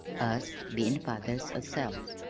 us bein' fathers ourselves!